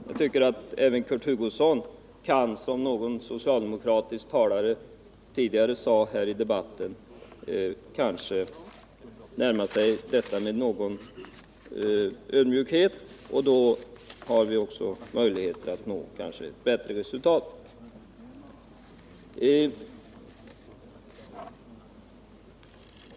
Jag tycker kanske att Kurt Hugosson, såsom en socialdemokratisk talare uttryckte det i den tidigare debatten här i dag, borde närma sig detta med någon ödmjukhet. Då skulle vi kanske få möjlighet att uppnå ett bättre resultat.